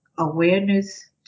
awareness